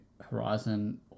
Horizon